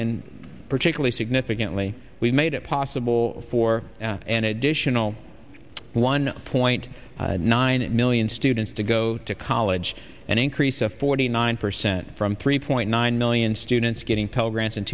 and particularly significantly we made it possible for an additional one point nine million students to go to college an increase of forty nine percent from three point nine million students getting